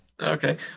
Okay